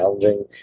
challenging